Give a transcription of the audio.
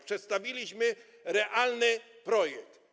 Przedstawiliśmy realny projekt.